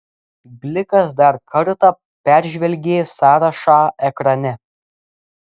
glikas dar kartą peržvelgė sąrašą ekrane